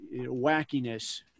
wackiness